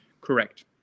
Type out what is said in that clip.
correct